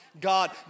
God